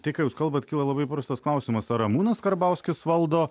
tai ką jūs kalbat kyla labai paprastas klausimas ar ramūnas karbauskis valdo